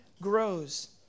grows